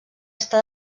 està